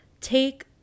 take